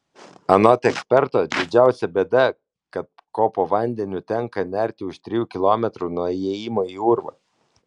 anot eksperto didžiausia bėda ko po vandeniu tenka nerti už trijų kilometrų nuo įėjimo į urvą